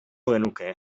genuke